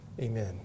Amen